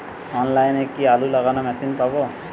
অনলাইনে কি আলু লাগানো মেশিন পাব?